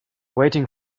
waiting